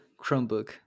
Chromebook